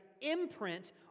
imprint